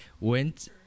went